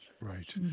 Right